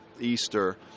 Easter